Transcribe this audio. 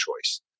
choice